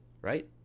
right